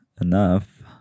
enough